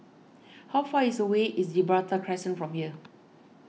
how far is away is Gibraltar Crescent from here